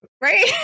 Right